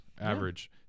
average